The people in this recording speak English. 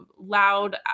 loud